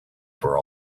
for